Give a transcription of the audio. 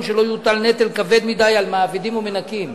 שלא יוטל נטל כבד מדי על מעבידים ומנכים.